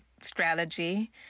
strategy